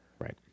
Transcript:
Right